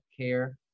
care